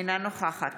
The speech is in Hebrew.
אינה נוכחת